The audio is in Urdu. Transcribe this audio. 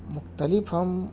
مختلف ہم